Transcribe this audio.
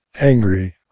angry